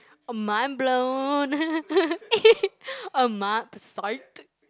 oh mind blown uh mind psyched